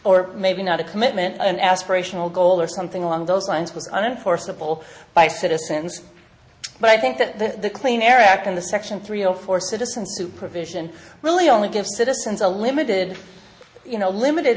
or maybe not a commitment an aspirational goal or something along those lines was unforeseeable by citizens but i think that the clean air act and the section three or four citizen supervision really only gives citizens a limited you know limited